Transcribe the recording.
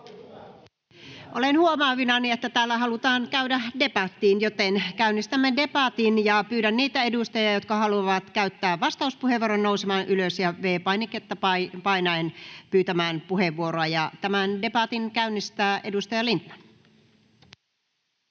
Olen huomaavinani, että täällä halutaan käydä debattiin, joten käynnistämme debatin. Pyydän niitä edustajia, jotka haluavat käyttää vastauspuheenvuoron, nousemaan ylös ja V-painiketta painaen pyytämään puheenvuoroa. — Tämän debatin käynnistää edustaja Lindtman.